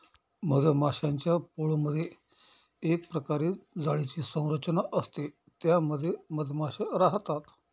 मधमाश्यांच्या पोळमधे एक प्रकारे जाळीची संरचना असते त्या मध्ये मधमाशा राहतात